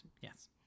yes